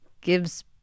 gives